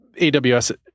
AWS